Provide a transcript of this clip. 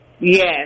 Yes